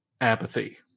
apathy